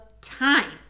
time